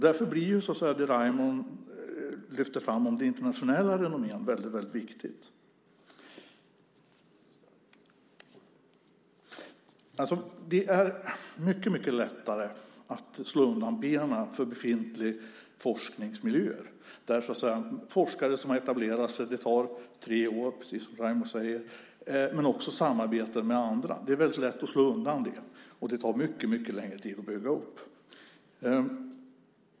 Det Raimo lyfter fram om det internationella renomméet är därför väldigt viktigt. Det är mycket lätt att slå undan benen på befintliga forskningsmiljöer och samarbetet med andra. Det tar tre år, som Raimo säger, att etablera sig. Det är lätt att slå undan det. Det tar mycket längre tid att bygga upp.